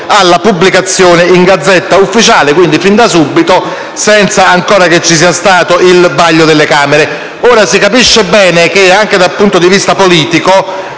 alla pubblicazione in *Gazzetta Ufficiale*, quindi fin da subito, senza che vi sia stato ancora il vaglio delle Camere. Ora, si capisce bene che, anche dal punto di vista politico,